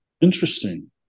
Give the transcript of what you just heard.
Interesting